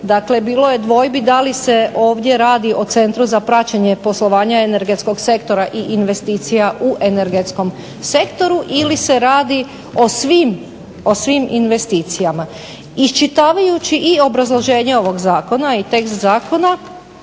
Dakle, bilo je dvojbi da li se ovdje radi o Centru za praćenje poslovanja energetskog sektora i investicija u energetskom sektoru ili se radi o svim investicijama. Iščitavajući i obrazloženje ovog zakona i tekst zakona